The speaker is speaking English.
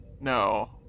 No